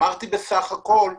אמרתי בסך הכול שהיום,